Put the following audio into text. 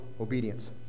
obedience